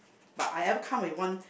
but I ever come with one